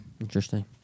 Interesting